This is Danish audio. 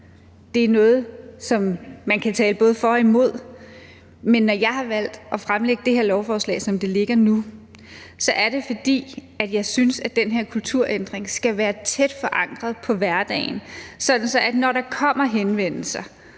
det er noget, som man kan tale både for og imod, men når jeg har valgt at fremsætte det her lovforslag, som det ligger nu, er det, fordi jeg synes, at den her kulturændring skal være tæt forankret i hverdagen, sådan at når der kommer henvendelser,